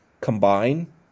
combine